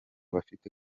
bafite